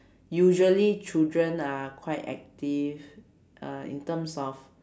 usually children are quite active uh in terms of